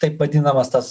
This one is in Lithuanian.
taip vadinamas tas